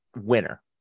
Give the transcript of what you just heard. winner